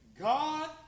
God